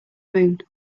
moon